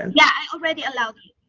yeah, i already allowed you.